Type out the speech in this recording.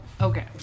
Okay